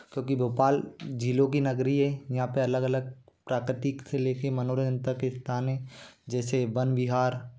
क्योंकि भोपाल झीलों की नगरी है यहाँ पर अलग अलग प्राकृतिक से ले कर मनोरंजन तक स्थान हैं जैसे वन विहार